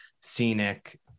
scenic